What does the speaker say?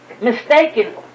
mistaken